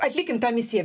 atlikim tą misiją